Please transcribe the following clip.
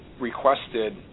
requested